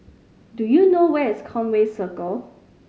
do you know where is Conway Circle